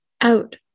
Out